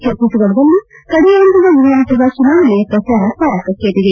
ಛತ್ತೀಸ್ಗಡದಲ್ಲಿ ಕಡೆಯ ಹಂತದ ವಿಧಾನಸಭಾ ಚುನಾವಣೆಯ ಪ್ರಚಾರ ತಾರಕ್ಕಕೇರಿದೆ